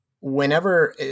whenever